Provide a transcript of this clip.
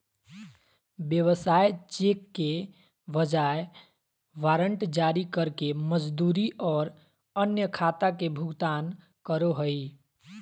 व्यवसाय चेक के बजाय वारंट जारी करके मजदूरी और अन्य खाता के भुगतान करो हइ